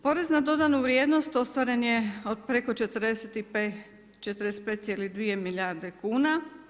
Porez na dodanu vrijednost ostvaren je od preko 45,2 milijarde kuna.